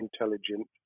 intelligent